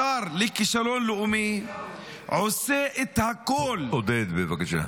השר לכישלון לאומי ----- עודד, בבקשה.